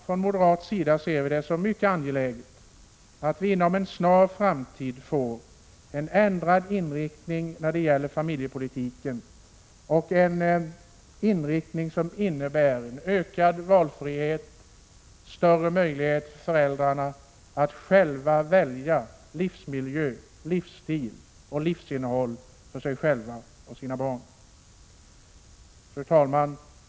Från moderat sida ser vi det som mycket angeläget att vi inom en snar framtid får en ändrad inriktning när det gäller familjepolitiken, en inriktning som innebär ökad valfrihet och större möjlighet för föräldrarna att själva välja livsmiljö, livsstil och livsinnehåll för sig själva och sina barn. Fru talman!